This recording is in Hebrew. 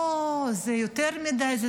לא, זה יותר מדי.